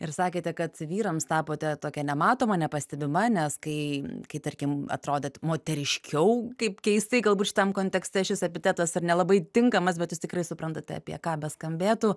ir sakėte kad vyrams tapote tokia nematoma nepastebima nes kai kai tarkim atrodėt moteriškiau kaip keistai galbūt šitam kontekste šis epitetas ar nelabai tinkamas bet jūs tikrai suprantate apie ką beskambėtų